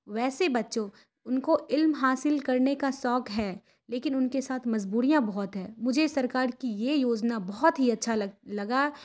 ویسے بچوں ان کو علم حاصل کرنے کا شوق ہے لیکن ان کے ساتھ مجبوریاں بہت ہے مجھے سرکار کی یہ یوجنا بہت ہی اچھا لگ لگا